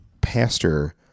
pastor